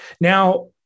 Now